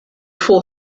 full